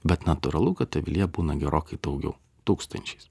bet natūralu kad avilyje būna gerokai daugiau tūkstančiais